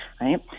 right